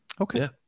Okay